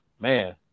man